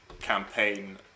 campaign